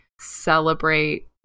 celebrate